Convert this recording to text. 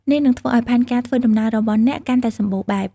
នេះនឹងធ្វើឱ្យផែនការធ្វើដំណើររបស់អ្នកកាន់តែសម្បូរបែប។